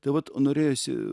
tai vat norėjosi